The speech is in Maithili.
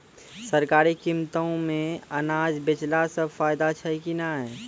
सरकारी कीमतों मे अनाज बेचला से फायदा छै कि नैय?